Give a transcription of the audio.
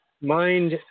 Mind